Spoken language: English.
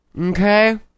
Okay